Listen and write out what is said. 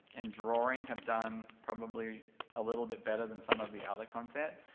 and drawing, have done probably a little bit better than some of the other content.